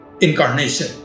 incarnation